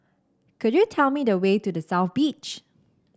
could you tell me the way to The South Beach